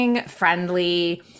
friendly